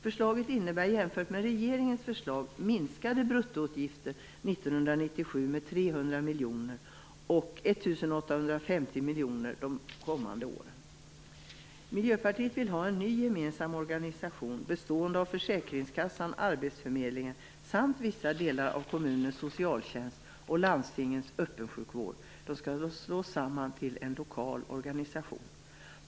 Förslaget innebär jämfört med regeringens förslag minskade bruttoutgifter 1997 med 300 miljoner kronor och med Miljöpartiet vill ha en ny gemensam organisation bestående av försäkringskassan, arbetsförmedlingen och vissa delar av kommunens socialtjänst samt landstingen öppensjukvård som slås samman till en lokal organisation.